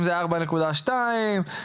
אם זה 4.2 טון.